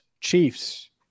Chiefs